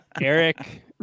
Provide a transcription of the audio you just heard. Eric